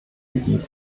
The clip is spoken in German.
gebiet